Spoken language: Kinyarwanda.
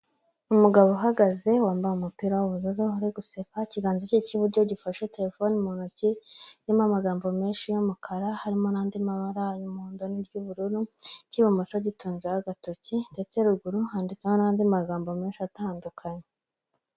Umugabo uhagaze wambaye umupira w'ubururu ari guseka, ikiganza cye cy'iburyo gifashe telefone mu ntoki, irimo amagambo menshi y'umukara harimo n'andi mabara y'umuhondo n'iry'ubururu cy'ibumoso gitunzeho agatoki ndetse ruguru handitseho n'andi magambo menshi atandukanye.